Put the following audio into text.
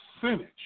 percentage